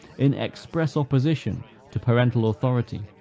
in express opposition to parental authority.